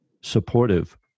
supportive